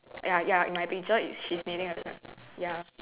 ya ya in my picture it she's knitting a ya